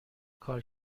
کار